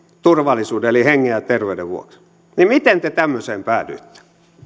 turvallisuuden eli hengen ja terveyden vuoksi miten te tämmöiseen päädyitte